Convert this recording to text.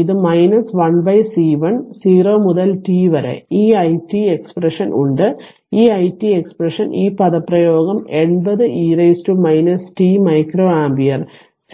ഇത് 1 C1 0 മുതൽ t വരെ ഈ i t എക്സ്പ്രഷൻ ഉണ്ട് ഈ i t എക്സ്പ്രഷന് ഈ പദപ്രയോഗം 80e t മൈക്രോ ആമ്പിയർ